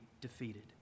defeated